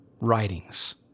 writings